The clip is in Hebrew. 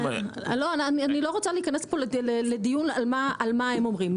אני לא רוצה להיכנס לדיון על מה הם אומרים.